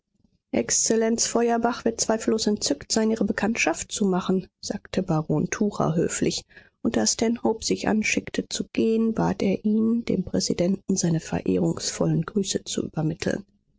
exzellenz feuerbach wird zweifellos entzückt sein ihre bekanntschaft zu machen sagte baron tucher höflich und da stanhope sich anschickte zu gehen bat er ihn dem präsidenten seine verehrungsvollen grüße zu übermitteln